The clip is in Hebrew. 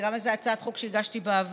זה גם איזו הצעת חוק שהגשתי בעבר,